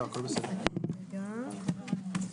אני בסעיף קטן (ב)